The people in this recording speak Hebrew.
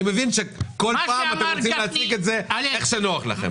אני מבין שבכל פעם אתם רוצים להציג את זה איך שנוח לכם.